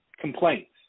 complaints